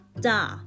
da